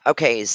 Okay